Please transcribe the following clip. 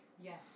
Yes